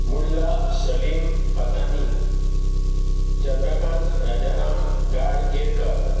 Mulla Salim Fatani Chandrakant Rajaram Gaad Kerkar